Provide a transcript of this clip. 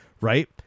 right